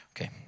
Okay